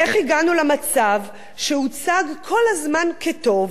איך הגענו למצב שהוצג כל הזמן כטוב,